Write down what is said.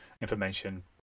information